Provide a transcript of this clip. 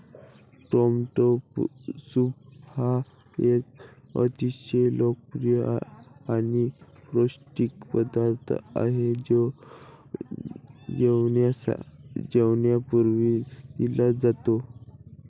tomato soup हा एक अतिशय लोकप्रिय आणि पौष्टिक पदार्थ आहे जो जेवणापूर्वी दिला जातो